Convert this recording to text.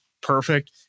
Perfect